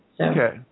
Okay